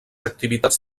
activitats